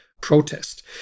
protest